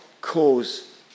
cause